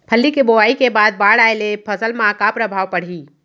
फल्ली के बोआई के बाद बाढ़ आये ले फसल मा का प्रभाव पड़ही?